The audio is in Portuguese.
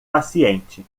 paciente